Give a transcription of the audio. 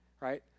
right